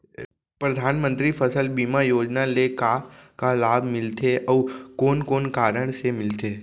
परधानमंतरी फसल बीमा योजना ले का का लाभ मिलथे अऊ कोन कोन कारण से मिलथे?